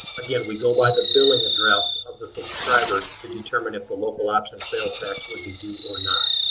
again, we go by the billing address of the subscriber to determine if the local option sales tax would be due or not.